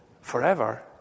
forever